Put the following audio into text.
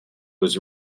was